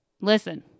listen